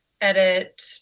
edit